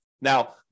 Now